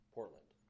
Portland